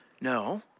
No